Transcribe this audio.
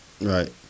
Right